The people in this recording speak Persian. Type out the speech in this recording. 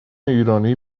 ایرانی